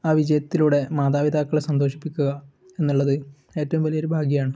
ആ വിജയത്തിലൂടെ മാതാപിതാക്കളെ സന്തോഷിപ്പിക്കുക എന്നുള്ളത് ഏറ്റവും വലിയൊരു ഭാഗ്യമാണ്